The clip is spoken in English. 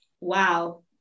Wow